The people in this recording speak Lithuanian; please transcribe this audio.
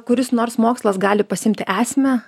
kuris nors mokslas gali pasiimti esmę